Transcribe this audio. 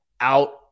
out